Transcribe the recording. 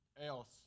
else